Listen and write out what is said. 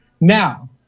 now